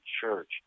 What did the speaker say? Church